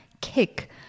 kick